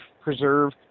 preserve